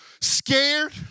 scared